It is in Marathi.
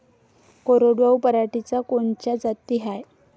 कोरडवाहू पराटीच्या कोनच्या जाती हाये?